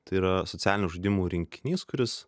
tai yra socialinių žaidimų rinkinys kuris